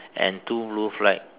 and two blue flag